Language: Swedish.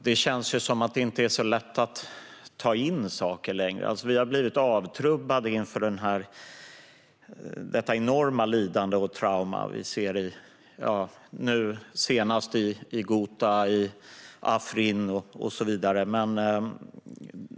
Det känns som att det inte är så lätt att ta in saker längre, det vill säga vi har blivit avtrubbade inför detta enorma lidande och trauma vi ser, nu senast i Ghouta och Afrin och så vidare.